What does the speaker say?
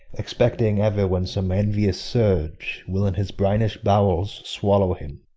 expecting ever when some envious surge will in his brinish bowels swallow him.